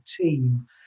team